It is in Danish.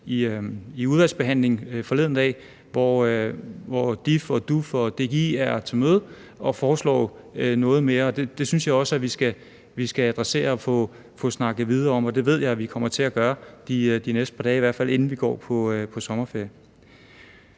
i udvalgsbehandlingen forleden dag, hvor DIF, DUF og DGI var til møde og foreslog noget mere, og det synes jeg også vi skal adressere og få snakket videre om. Og det ved jeg at vi kommer til at gøre de næste par dage, i hvert fald inden vi går på sommerferie.